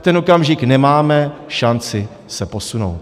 V ten okamžik nemáme šanci se posunout.